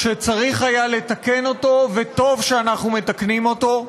שצריך היה לתקן אותו, וטוב שאנחנו מתקנים אותו.